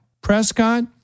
Prescott